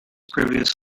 previous